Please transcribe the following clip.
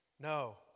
No